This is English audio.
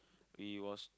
we was